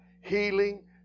healing